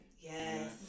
Yes